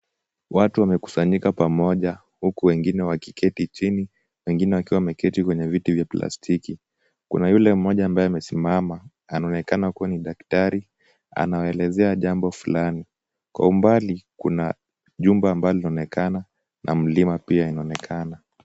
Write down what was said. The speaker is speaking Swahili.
Watu wamekusanyika pamoja, huku wengine wakiketi chini, wengine wakiwa wameketi kwenye viti vya plastiki. Kuna yule mmoja ambaye amesimama, anaonekana kuwa ni daktari, anawaelezea jambo fulani. Kwa umbali, kuna jumba ambalo linaonekana, na mlima pia unaonekana.